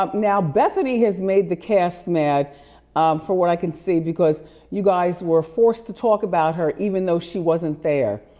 now, bethany has made the cast mad from what i can see. because you guys were forced to talk about her, even though she wasn't there.